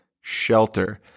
shelter